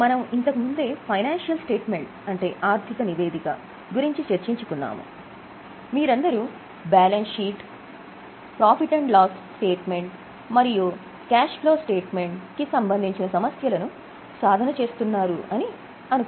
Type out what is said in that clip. మనము ఇంతకు ముందే ఆర్థిక నివేదిక ఫైనాన్షియల్ స్టేట్మెంట్ కి సంబంధించిన సమస్యలను సాధన చేస్తున్నారు అని అనుకుంటున్నాను